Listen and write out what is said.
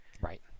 Right